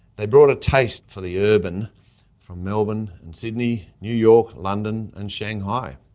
they brought a taste for the urban from melbourne and sydney, new york, london and shanghai.